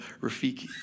Rafiki